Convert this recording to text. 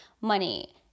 money